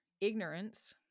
ignorance